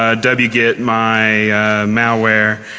ah w-git my malware,